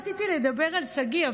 רציתי לדבר על שגיא,